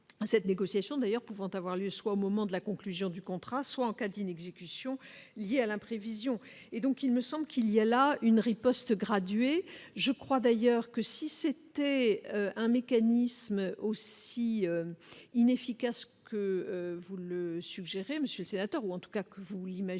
cette négociation d'ailleurs pouvant avoir lieu soit au moment de la conclusion du contrat, soit en cas d'inexécution liée à l'imprévision et donc il me semble qu'il y a là une riposte graduée, je crois d'ailleurs que si c'était un mécanisme aussi inefficace que vous le suggérez, monsieur sénateur ou en tout cas que vous imaginez